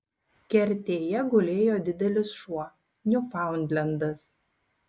kertėje gulėjo didelis šuo niufaundlendas